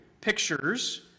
pictures